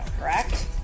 correct